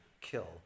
kill